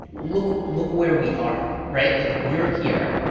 look look where we are, right? like, you're here.